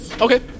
Okay